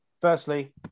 firstly